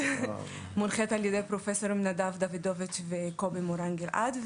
מונחית על ידי פרופסור נדב דבידוביץ' וקובי מורן גלעד.